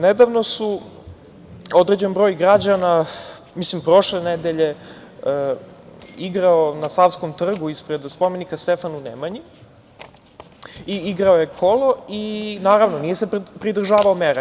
Nedavno su, određen broj građana, mislim prošle nedelje, igrao na Savskom trgu ispred spomenika Stefanu Nemanji i igrano je kolo i naravno nije se pridržavao mera.